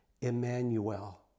Emmanuel